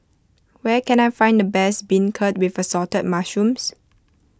where can I find the best Beancurd with Assorted Mushrooms